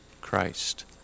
Christ